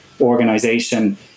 organization